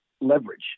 leverage